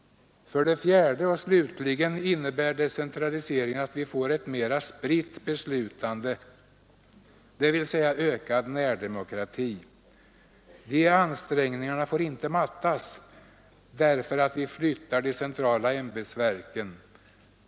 För det fjärde och slutligen innebär decentraliseringen ett mera spritt beslutande, dvs. ökad närdemokrati. Ansträngningarna i detta syfte får inte mattas därför att vi flyttar de centrala ämbetsverken.